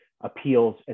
appeals